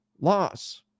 loss